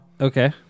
Okay